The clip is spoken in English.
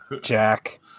Jack